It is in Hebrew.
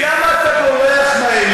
למה תצביע נגד?